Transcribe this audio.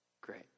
Great